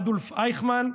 אדולף אייכמן,